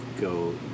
go